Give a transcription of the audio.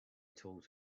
told